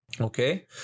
Okay